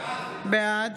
בעד